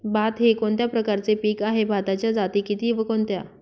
भात हे कोणत्या प्रकारचे पीक आहे? भाताच्या जाती किती व कोणत्या?